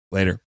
Later